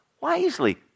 wisely